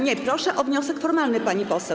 Nie, proszę o wniosek formalny, pani poseł.